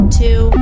two